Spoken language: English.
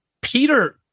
Peter